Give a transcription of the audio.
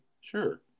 Sure